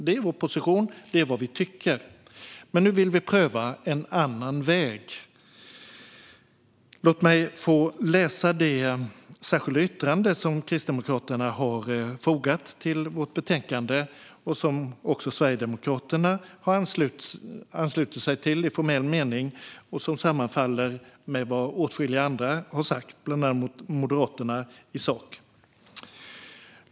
Det är vår position; det är vad vi tycker. Men nu vill vi pröva en annan väg. Låt mig få läsa det särskilda yttrande som Kristdemokraterna har fogat till betänkandet och som också Sverigedemokraterna har anslutit sig till i formell mening och som sammanfaller med vad åtskilliga andra har sagt, bland annat Moderaterna, i sak.